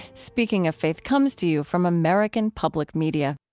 speaking of faith comes to you from american public media